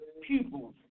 pupils